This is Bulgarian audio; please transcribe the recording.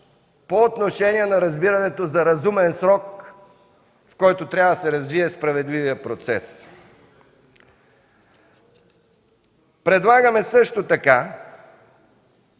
по отношение на разбирането за разумен срок, в който трябва да се развие справедливия процес. Предлагаме също така